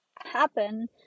happen